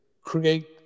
create